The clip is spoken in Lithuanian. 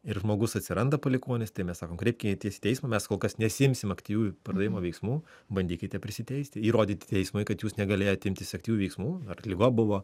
ir žmogus atsiranda palikuonis tai mes sakom kreipkitės į teismą mes kol kas nesiimsim aktyvių pardavimo veiksmų bandykite prisiteisti įrodyti teismui kad jūs negalėjot imtis aktyvių veiksmų ar liga buvo